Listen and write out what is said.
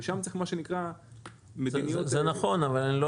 ושם צריך מה שנקרא -- זה נכון אבל אני לא